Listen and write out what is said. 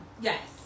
Yes